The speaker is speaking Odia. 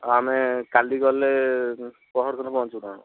ଆମେ କାଲି ଗଲେ ପହରଦିନ ପହଞ୍ଚିବୁ ନା କ'ଣ